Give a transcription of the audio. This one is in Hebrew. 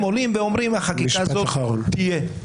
הם עולים ואומרים שהחקיקה הזאת תהיה.